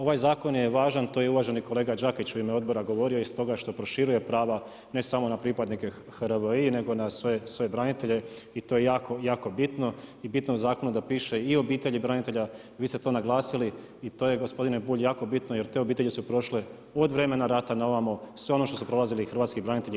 Ovaj zakon je važan, to je uvaženi kolega Đakić u ime odbora govorio iz toga što proširuje prava ne samo na pripadnike HRVI nego na sve branitelje i to je jako bitno i bitno je u zakonu da piše i o obitelji branitelja, vi ste to naglasili i to je gospodine Bulj, jako bitno jer te obitelji su prošle od vremena rata na ovamo sve ono što su prolazili hrvatski branitelji.